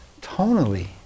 tonally